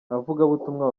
abavugabutumwa